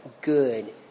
good